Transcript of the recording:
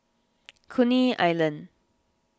Coney Island